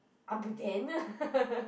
abuden